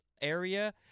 area